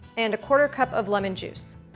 and a quarter cup of lemon juice.